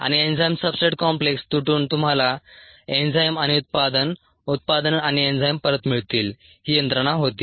आणि enzyme substrate complex तुटून तुम्हाला एन्झाइम आणि उत्पादन उत्पादन आणि एन्झाइम परत मिळतील ही यंत्रणा होती